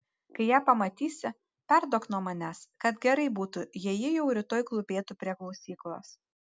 kai ją pamatysi perduok nuo manęs kad gerai būtų jei ji jau rytoj klūpėtų prie klausyklos